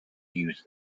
use